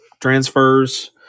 transfers